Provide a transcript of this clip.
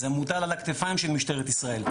זה מוטל על הכתפיים של משטרת ישראל,